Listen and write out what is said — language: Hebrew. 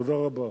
תודה רבה.